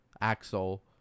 Axel